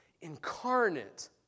incarnate